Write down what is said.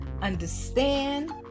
understand